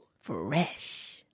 fresh